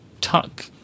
tuck